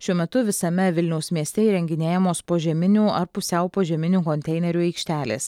šiuo metu visame vilniaus mieste įrenginėjamos požeminių ar pusiau požeminių konteinerių aikštelės